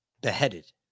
beheaded